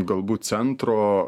galbūt centro